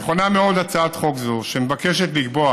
נכונה מאוד הצעת חוק זו, שמבקשת לקבוע